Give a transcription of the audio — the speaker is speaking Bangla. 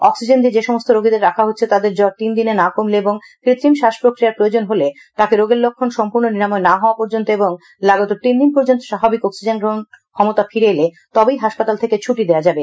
অক্সিজেন দিয়ে যেসমস্ত রোগীদের রাখা হচ্ছে তাদের স্বর তিন দিনে না কমলে এবং কৃত্রিম শ্বাস প্রক্রিয়ার প্রয়োজন হলে তাকে রোগের লক্ষণ সম্পূর্ণ নিরাময় না হওয়া পর্যন্ত এবং লাগাতর তিনদিন পর্যন্ত স্বাভাবিক অক্সিজেন গ্রহণ ক্ষমতা ফিরে এলে তবেই হাসপাতাল থেকে ছাড়া যাবে